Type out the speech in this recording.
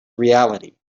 reality